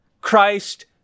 Christ